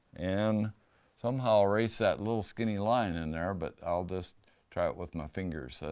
and somehow erase that little skinny line in there, but i'll just try it with my fingers,